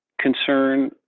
concern